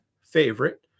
favorite